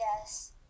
Yes